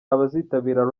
abazitabira